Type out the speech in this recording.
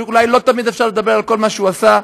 שאולי לא תמיד אפשר לדבר על כל מה שהוא עשה,